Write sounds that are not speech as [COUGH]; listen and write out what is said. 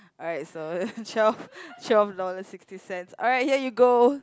alright so [LAUGHS] twelve twelve dollars sixty cents alright here you go